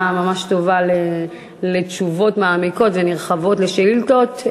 אני חושבת שזו דוגמה ממש טובה לתשובות מעמיקות ונרחבות על שאילתות.